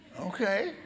Okay